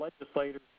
legislators